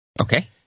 Okay